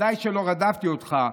ודאי שלא רדפתי אותך.